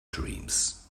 dreams